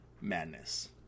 Madness